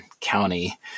county